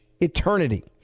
eternity